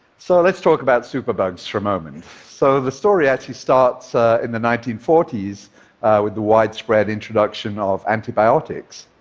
so let's talk about superbugs for moment. so the story actually starts in the nineteen forty s with the widespread introduction of antibiotics.